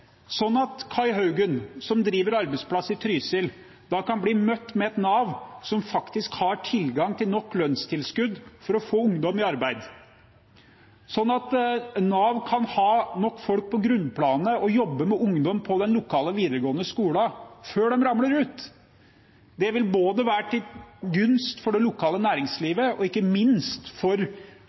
sånn at Kai Haugen, som driver arbeidsplass i Trysil, kan bli møtt med et Nav som faktisk har tilgang på nok lønnstilskudd for å få ungdom i arbeid, sånn at Nav kan ha nok folk på grunnplanet til å jobbe med ungdom på den lokale videregående skolen før de ramler ut. Det vil være til gunst både for det lokale næringslivet og ikke minst for